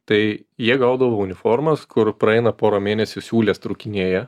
tai jie gaudavo uniformas kur praeina pora mėnesių siūlės trūkinėja